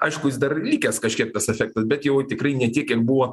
aišku jis dar likęs kažkiek tas efektas bet jau tikrai ne tiek kiek buvo